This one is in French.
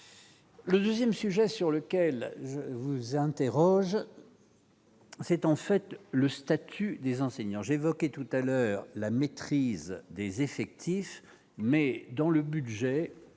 Le 2ème, sujet sur lequel vous interroge. C'est en fait le statut des enseignants-j'ai évoqué tout à l'heure, la maîtrise des effectifs mais dans le budget,